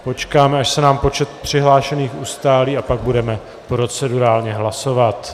Počkáme, až se nám počet přihlášených ustálí, a pak budeme procedurálně hlasovat.